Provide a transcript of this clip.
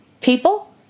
People